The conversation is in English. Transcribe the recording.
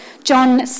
John